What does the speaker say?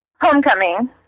Homecoming